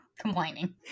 complaining